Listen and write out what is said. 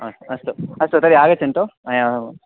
अस् अस्तु अस्तु तर्हि आगच्छन्तु मया